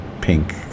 pink